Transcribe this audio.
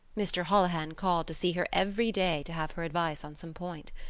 mr. holohan called to see her every day to have her advice on some point.